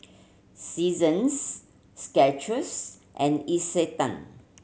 Seasons Skechers and Isetan